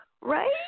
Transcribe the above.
Right